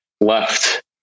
left